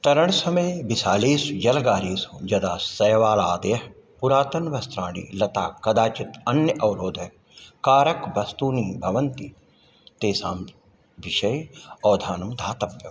तरणसमये विशालेषु जलागारेषु यदा शैवालयादयः पुरातनवस्त्राणि लता कदाचित् अन्य अवरोध कारकवस्तूनि भवन्ति तेषां विषये अवधानं दातव्यं